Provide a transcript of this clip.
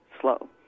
slow